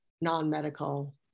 non-medical